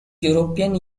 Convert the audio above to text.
european